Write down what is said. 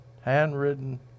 handwritten